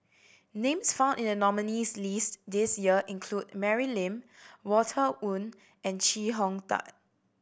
names found in the nominees' list this year include Mary Lim Walter Woon and Chee Hong Tat